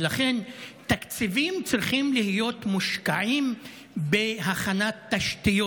ולכן, תקציבים צריכים להיות מושקעים בהכנת תשתיות.